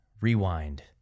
rewind